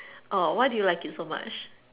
orh why do you like it so much